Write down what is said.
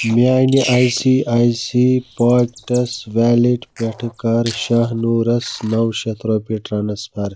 میانہِ I C I C I Pockets wallet پٮ۪ٹھٕ کَر شاہنوٗرس نَو شتھ رۄپیہِ ٹرانسفر